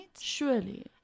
Surely